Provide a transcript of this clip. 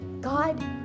God